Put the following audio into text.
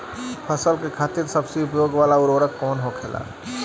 फसल के खातिन सबसे उपयोग वाला उर्वरक कवन होखेला?